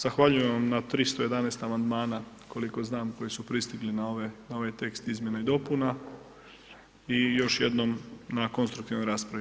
Zahvaljujem vam na 311 amandmana, koliko znam koji su pristigli na ovaj tekst izmjena i dopuna i još jednom na konstruktivnoj raspravi.